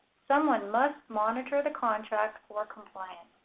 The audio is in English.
someone must monitor the contract for compliance.